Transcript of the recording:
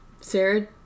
Sarah